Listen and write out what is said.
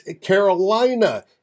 Carolina